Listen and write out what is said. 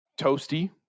Toasty